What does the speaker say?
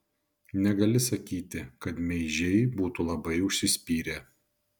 negali sakyti kad meižiai būtų labai užsispyrę